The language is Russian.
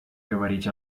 говорить